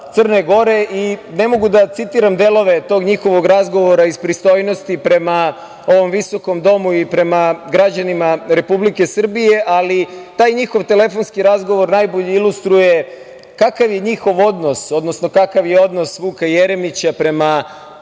Ne mogu da citiram delove tog njihovog razgovora iz pristojnosti prema ovom visokom domu i prema građanima Republike Srbije. Ali, taj njihov telefonski razgovor najbolje ilustruje kakav je njihov odnos, odnosno kakav je odnos Vuka Jeremića prema